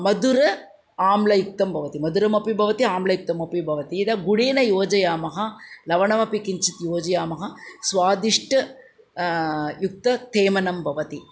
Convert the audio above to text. मधुरम् आम्लयुक्तं भवति मधुरमपि भवति आम्लयुक्तमपि भवति यदा गुडेन योजयामः लवणमपि किञ्चित् योजयामः स्वादिष्टयुक्तं तेमनं भवति